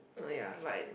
oh ya but it